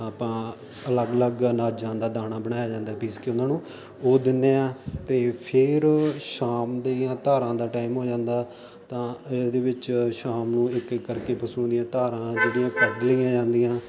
ਆਪਾਂ ਅਲੱਗ ਅਲੱਗ ਅਨਾਜਾਂ ਦਾ ਦਾਣਾ ਬਣਾਇਆ ਜਾਂਦਾ ਪੀਸ ਕੇ ਉਹਨਾਂ ਨੂੰ ਉਹ ਦਿੰਨੇ ਆ ਤੇ ਫਿਰ ਸ਼ਾਮ ਦੇ ਜਾਂ ਧਾਰਾਂ ਦਾ ਟਾਈਮ ਹੋ ਜਾਂਦਾ ਤਾਂ ਇਹਦੇ ਵਿੱਚ ਸ਼ਾਮ ਨੂੰ ਇੱਕ ਇੱਕ ਕਰਕੇ ਪਸ਼ੂ ਦੀਆਂ ਧਾਰਾਂ ਜਿਹੜੀਆਂ ਕੱਢ ਲਈਆਂ ਜਾਂਦੀਆਂ